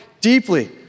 deeply